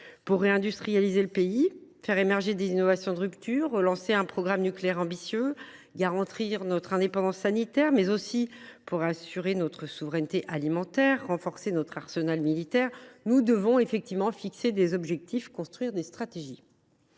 Pour réindustrialiser le pays, faire émerger des innovations de rupture, relancer un programme nucléaire ambitieux, garantir notre indépendance sanitaire, mais aussi pour assurer notre souveraineté alimentaire et renforcer notre arsenal militaire, nous devons fixer des objectifs et construire des stratégies.